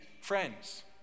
friends